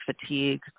fatigue